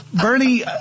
Bernie